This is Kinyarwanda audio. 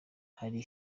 hari